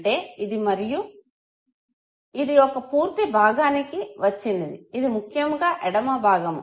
అంటే ఇది మరియు ఇది ఒక పూర్తి భాగానికి వచ్చింది ఇది ముఖ్యముగా ఎడమ భాగము